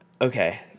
okay